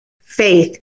faith